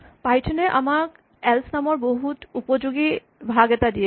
Python এ আমাক else নামৰ বহুত উপযোগী ভাগ এটা দিয়ে